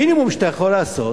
המינימום שאתה יכול לעשות